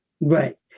Right